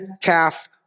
calf